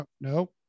No